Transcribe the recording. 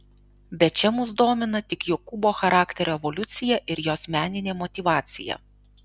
bet čia mus domina tik jokūbo charakterio evoliucija ir jos meninė motyvacija